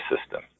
system